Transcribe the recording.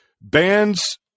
bands